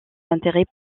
intérêt